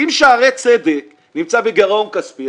אם שערי צדק נמצא בגירעון כספי,